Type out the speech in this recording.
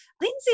Lindsay